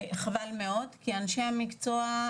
כי אנשי המקצוע,